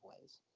ways